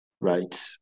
right